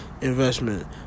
investment